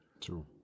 True